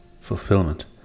fulfillment